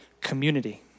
Community